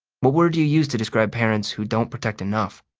what word do you use to describe parents who don't protect enough?